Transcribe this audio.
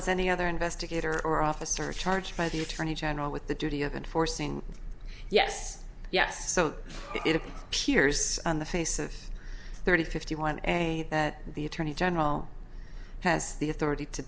as any other investigator or officer charged by the attorney general with the duty of enforcing yes yes so it appears on the face of thirty fifty one a that the attorney general has the authority to